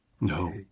No